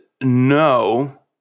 No